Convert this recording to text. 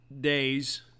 days